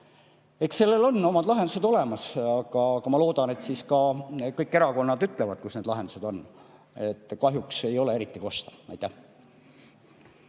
Eks sellel on oma lahendused olemas, aga ma loodan, et siis ka kõik erakonnad ütlevad, kus need lahendused on. Kahjuks ei ole [selle kohta]